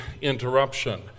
interruption